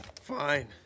Fine